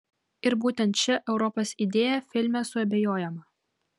ir būtent šia europos idėja filme suabejojama